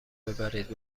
ببرید